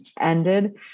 ended